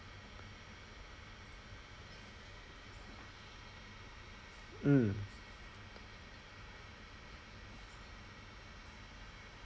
mm